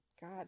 God